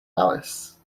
alice